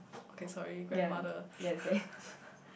okay sorry grandmother